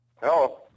Hello